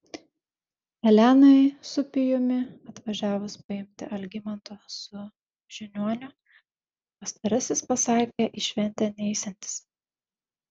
elenai su pijumi atvažiavus paimti algimanto su žiniuoniu pastarasis pasakė į šventę neisiantis